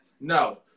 No